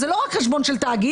זה לא רק חשבון של תאגיד,